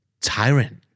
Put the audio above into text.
Tyrant